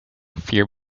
fear